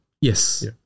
Yes